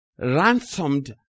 ransomed